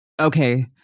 Okay